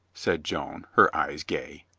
said joan, her eyes gay.